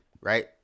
Right